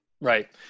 Right